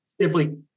simply